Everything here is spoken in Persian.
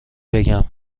بگم